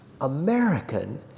American